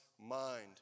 Mind